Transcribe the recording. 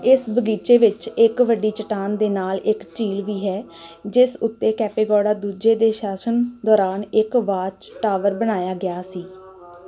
ਇਸ ਬਗੀਚੇ ਵਿੱਚ ਇੱਕ ਵੱਡੀ ਚੱਟਾਨ ਦੇ ਨਾਲ ਇੱਕ ਝੀਲ ਵੀ ਹੈ ਜਿਸ ਉੱਤੇ ਕੈਂਪੇਗੌੜਾ ਦੂਜੇ ਦੇ ਸ਼ਾਸਨ ਦੌਰਾਨ ਇੱਕ ਵਾਚ ਟਾਵਰ ਬਣਾਇਆ ਗਿਆ ਸੀ